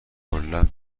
کلا